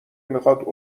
میخواد